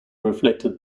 reflected